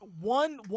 one